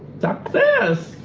success!